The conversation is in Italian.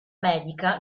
medica